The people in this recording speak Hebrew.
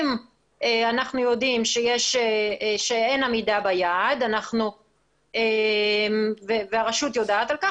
אם אנחנו יודעים שאין עמידה ביעד והרשות יודעת על כך,